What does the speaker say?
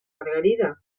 margarida